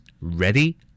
Ready